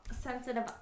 Sensitive